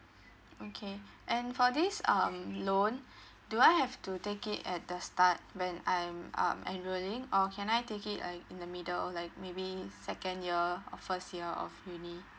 okay and for this um loan do I have to take it at the start when I'm um enrolling or can I take it uh in the middle uh like maybe second year or first year of uni